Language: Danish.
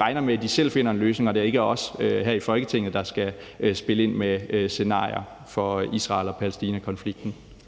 regner med, at de selv finder en løsning, og at det ikke er os her i Folketinget, der skal spille ind med scenarier for Israel-Palæstina-konflikten.